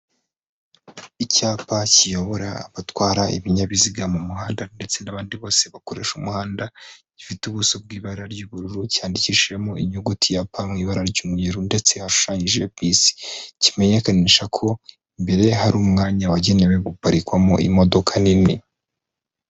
Icyapa kiyobora abatwara ibinyabiziga mu muhanda ndetse n'abandi bose bakoresha umuhanda gifite ubuso bw'ibara ry'ubururu cyandikishijemo inyuguti ya P mu ibara ry'umweru ndetse hashushanyije bisi kimenyekanisha ko imbere hari umwanya wagenewe guparikwamo imodoka nini.